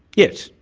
yes.